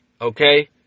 okay